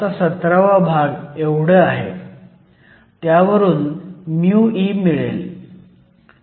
त्यावरून μe मिळेल